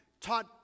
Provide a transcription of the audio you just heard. taught